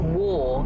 war